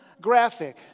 graphic